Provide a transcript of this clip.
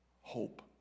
hope